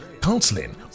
counseling